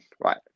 right